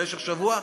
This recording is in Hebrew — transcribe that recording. במשך שבוע,